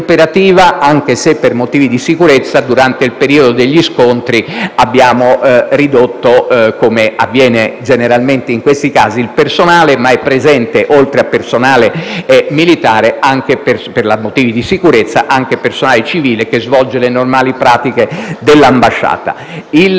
anche se, per motivi di sicurezza, durante il periodo degli scontri, come avviene generalmente in questi casi, abbiamo ridotto il personale. È comunque presente, oltre a personale militare per motivi di sicurezza, anche personale civile che svolge le normali pratiche dell'ambasciata. Il